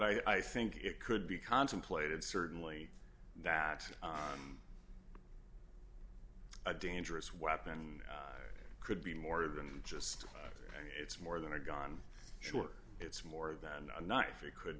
i think it could be contemplated certainly that a dangerous weapon could be more than just it's more than a gun sure it's more than a knife it could